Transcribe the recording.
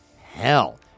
hell